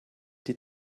die